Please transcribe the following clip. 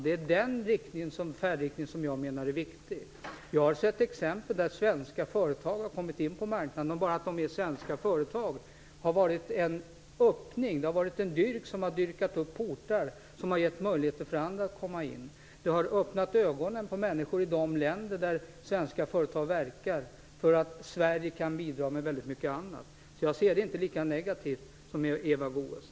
Det är den färdriktningen som jag menar är viktig. Jag har sett exempel på att svenska företag har kommit in på marknader och att bara det att de är svenska företag har varit en öppning, en dyrk som har öppnat portar, vilket sedan har gett möjlighet för andra att komma in. Det har öppnat ögonen på människor i de länder där svenska företag verkar för att Sverige kan bidra med väldigt mycket annat. Jag ser det inte lika negativt som Eva Goës.